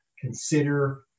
Consider